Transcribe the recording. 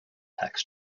tax